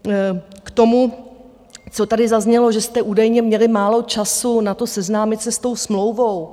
K tomu, co tady zaznělo, že jste údajně měli málo času na to se seznámit s tou smlouvou.